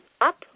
up